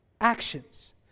actions